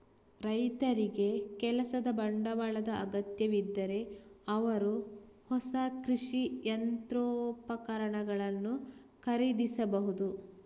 ರೈತರಿಗೆ ಕೆಲಸದ ಬಂಡವಾಳದ ಅಗತ್ಯವಿದ್ದರೆ ಅವರು ಹೊಸ ಕೃಷಿ ಯಂತ್ರೋಪಕರಣಗಳನ್ನು ಖರೀದಿಸಬಹುದು